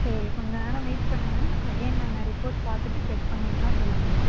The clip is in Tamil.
சரி கொஞ்ச நேரம் வெய்ட் பண்ணுங்க அகெய்ன் நாங்கள் ரிப்போர்ட்ஸ் பார்த்துட்டு செக் பண்ணிவிட்டுதான் சொல்ல முடியும்